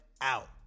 out